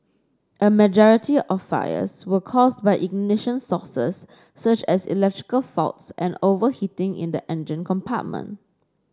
a majority of fires were caused by ignition sources such as electrical faults and overheating in the engine compartment